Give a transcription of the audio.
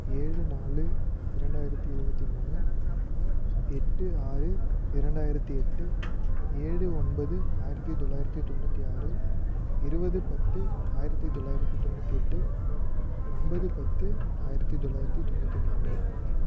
ஏழு நாலு இரண்டாயிரத்தி இருபத்தி மூணு எட்டு ஆறு இரண்டாயிரத்தி எட்டு ஏழு ஒன்பது ஆயிரத்தி தொள்ளாயிரத்தி தொண்ணுற்றி ஆறு இருபது பத்து ஆயிரத்தி தொள்ளாயிரத்தி தொண்ணுற்றி எட்டு ஒன்பது பத்து ஆயிரத்தி தொள்ளாயிரத்தி தொண்ணுற்றி நான்கு